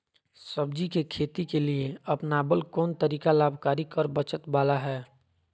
सब्जी के खेती के लिए अपनाबल कोन तरीका लाभकारी कर बचत बाला है?